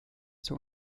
zur